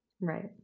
right